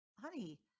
honey